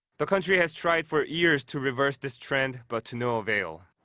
but country has tried for years to reverse this trend but to no avail.